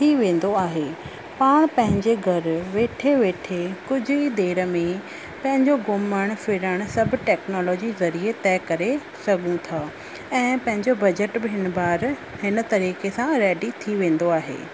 थी वेंदो आहे पाण पंहिंजे घरु वेठे वेठे कुझु ई देर में पंहिंजो घुमणु फिरणु सभु टैक्नोलॉजी ज़रिए तइ करे सघूं था ऐं पंहिंजो बजट बि हिन बार हिन तरीक़े सां रेडी थी वेंदो आहे